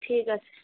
ঠিক আছে